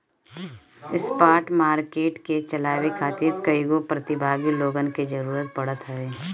spot market के चलावे खातिर कईगो प्रतिभागी लोगन के जरूतर पड़त हवे